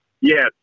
Yes